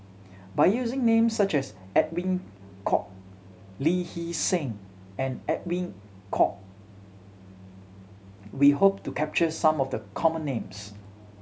by using names such as Edwin Koek Lee Hee Seng and Edwin Koek we hope to capture some of the common names